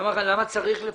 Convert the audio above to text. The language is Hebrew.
למה צריך לפרסם?